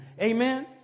Amen